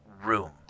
room